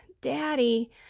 Daddy